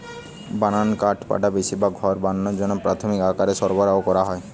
বানানা কাঠপাটা বেশিরভাগ ঘর বানানার জন্যে প্রামাণিক আকারে সরবরাহ কোরা হয়